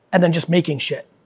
and then just making shit.